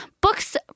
books